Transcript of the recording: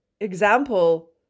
example